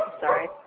sorry